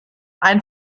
ein